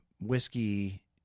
whiskey